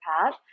path